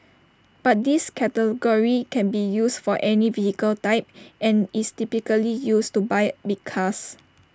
but this category can be used for any vehicle type and is typically used to buy big cars